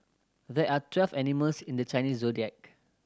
there are twelve animals in the Chinese Zodiac